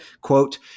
quote